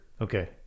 Okay